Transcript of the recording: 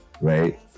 right